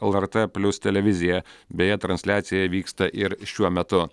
lrt plius televizija beje transliacija vyksta ir šiuo metu